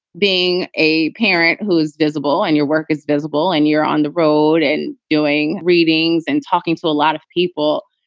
being a parent who is visible and your work is visible and you're on the road and doing readings and talking to a lot of people.